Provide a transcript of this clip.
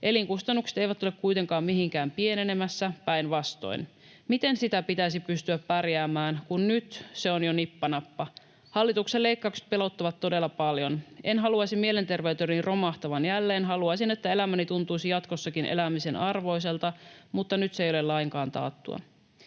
Elinkustannukset eivät ole kuitenkaan mihinkään pienenemässä, päinvastoin. Miten sitä pitäisi pystyä pärjäämään, kun nyt se on jo nippa nappa? Hallituksen leikkaukset pelottavat todella paljon. En haluaisi mielenterveyteni romahtavan jälleen, haluaisin, että elämäni tuntuisi jatkossakin elämisen arvoiselta, mutta nyt se ei ole lainkaan taattua.”